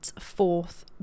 fourth